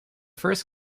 first